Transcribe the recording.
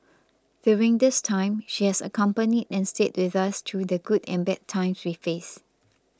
during this time she has accompanied and stayed with us through the good and bad times we faced